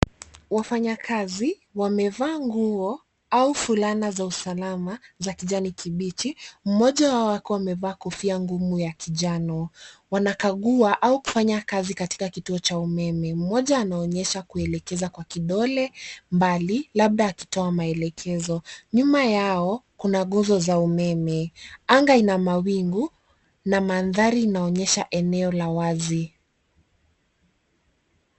Wafanyakazi wamevaa nguo au fulana za usalama za kijani kibichi. Mmoja wao ako amevaa kofia ngumu ya kijani. Wanakagua au kufanya kazi katika kituo cha umeme. Mmoja anaonyesha kwa kuelekeza kwa kidole mbali, labda akitoa maelekezo. Nyuma yao kuna nguzo za umeme. Anga ina mawingu na mandhari inaonyesha eneo la wazi.